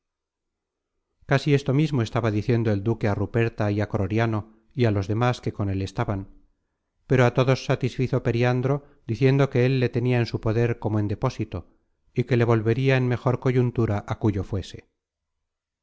casi esto mismo estaba diciendo el duque á ruperta y á croriano y á los demas que con él estaban pero a todos satisfizo periandro diciendo que él le tenia en su poder como en depósito y que le volveria en mejor coyuntura á cúyo fuese